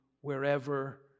wherever